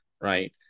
right